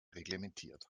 reglementiert